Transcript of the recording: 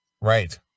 Right